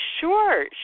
sure